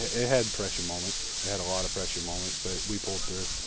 ah had pressure moments. and had a lot of pressure moments but we pulled through.